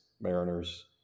Mariners